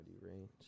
range